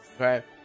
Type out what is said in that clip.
okay